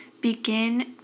begin